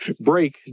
Break